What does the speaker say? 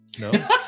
No